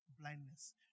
blindness